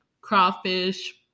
crawfish